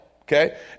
okay